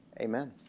Amen